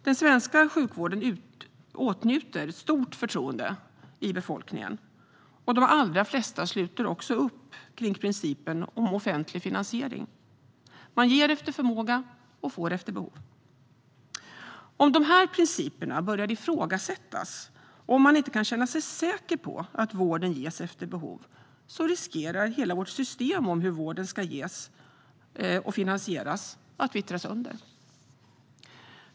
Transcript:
Den svenska sjukvården åtnjuter stort förtroende hos befolkningen, och de allra flesta sluter upp kring principen om offentlig finansiering. Man ger efter förmåga och får efter behov. Om dessa principer börjar ifrågasättas och om man inte kan känna sig säker på att vården ges efter behov riskerar hela vårt system om hur vården ska ges och finansieras att vittra sönder.